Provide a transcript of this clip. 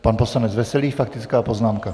Pan poslanec Veselý, faktická poznámka.